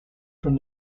from